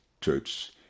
church